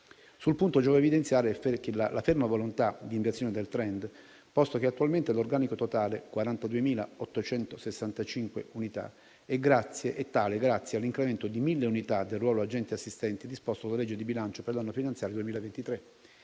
Sul punto, giova evidenziare la ferma volontà di inversione del *trend*, posto che attualmente l'organico totale (42.865 unità) è tale grazie all'incremento di 1.000 unità del ruolo agenti-assistenti disposto con la legge di bilancio per l'anno finanziario 2023